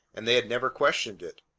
and they had never questioned it.